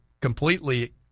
completely